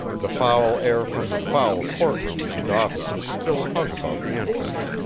the foul air from the foul court-rooms and offices still hung about the entrance,